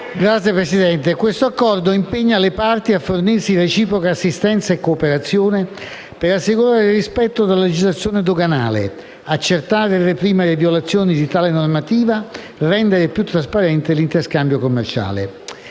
Signora Presidente, l'Accordo impegna le parti a fornirsi reciproca assistenza e cooperazione per assicurare il rispetto della legislazione doganale, accertare e reprimere le violazioni di tale normativa e rendere più trasparente l'interscambio commerciale.